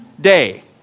day